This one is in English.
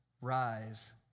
rise